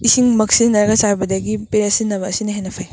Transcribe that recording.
ꯏꯁꯤꯡ ꯃꯛ ꯁꯤꯖꯤꯟꯅꯔꯒ ꯆꯥꯏꯕꯗꯒꯤ ꯄꯦꯔꯦ ꯁꯤꯖꯤꯟꯅꯕ ꯑꯁꯤꯅ ꯍꯦꯟꯅ ꯐꯩ